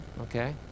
okay